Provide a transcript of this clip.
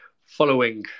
following